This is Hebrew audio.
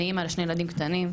אני אמא לשני ילדים קטנים,